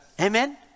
Amen